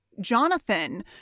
jonathan